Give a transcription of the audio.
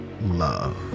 love